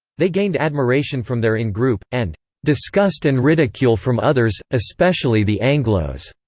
they gained admiration from their in group, and disgust and ridicule from others, especially the anglos.